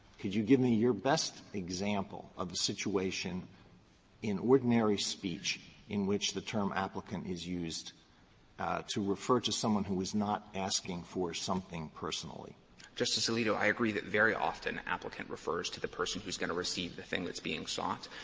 could you give me your best example of the situation in ordinary speech in which the term applicant is used to refer to someone who is not asking for something personally? fletcher justice alito, i agree that very often, applicant refers to the person who's going to receive the thing that's being sought.